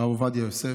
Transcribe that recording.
הרב עובדיה יוסף.